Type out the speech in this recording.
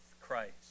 Christ